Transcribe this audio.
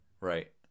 Right